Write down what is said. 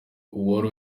uwari